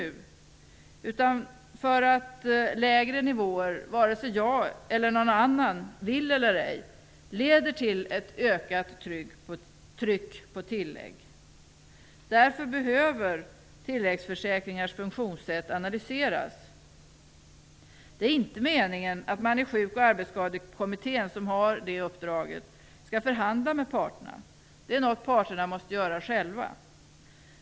Det var i stället för att lägre nivåer, vare sig jag eller någon annan vill det eller ej, leder till ett ökat tryck på tillägg. Därför behöver tilläggsförsäkringars funktionssätt analyseras. Det är inte meningen att man i Sjuk och arbetsskadekommittén, som har det uppdraget, skall förhandla med parterna. Det är något som parterna måste göra själva.